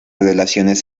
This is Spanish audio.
relaciones